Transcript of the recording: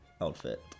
outfit